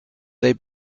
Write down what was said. they